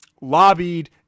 lobbied